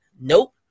nope